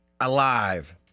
alive